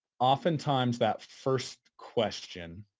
oftentimes, that first question,